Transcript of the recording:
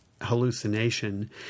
hallucination